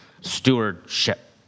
stewardship